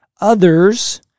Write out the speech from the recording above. others